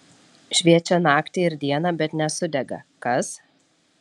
šviečią naktį ir dieną bet nesudega kas